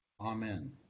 Amen